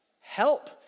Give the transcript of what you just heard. Help